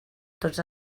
tots